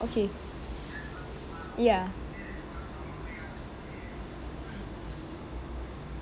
okay ya